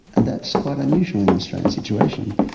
and that's quite unusual in an australian situation.